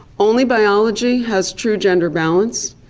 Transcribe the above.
only biology has true gender balance.